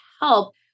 help